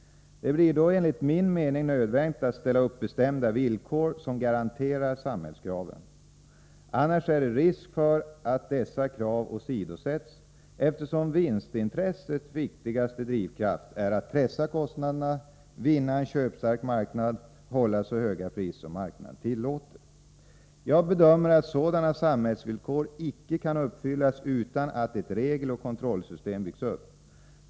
Det blir då enligt min mening nödvändigt att ställa upp bestämda villkor som garanterar samhällskraven. Annars är det risk för att dessa krav åsidosätts, eftersom vinstintressets viktigaste drivkraft är att pressa kostnaderna, vinna en köpstark marknad och hålla så höga priser som marknaden tillåter. Jag bedömer att sådana samhällsvillkor inte kan uppfyllas utan att ett regeloch kontrollsystem byggs upp.